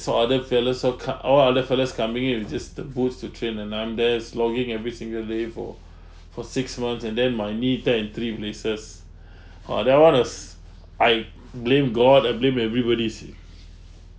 saw other fellows all cut all other fellows coming in with just the boots to train and I'm there slogging every single day for for six months and then my knee tear in three places !wah! that [one] was I blamed god I blamed everybody see